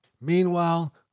Meanwhile